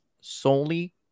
solely